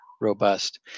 robust